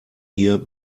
hier